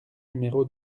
numéro